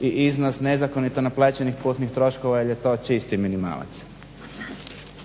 i iznos nezakonito naplaćenih putnih troškova jer je to čisti minimalac.